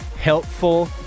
helpful